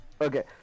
Okay